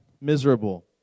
miserable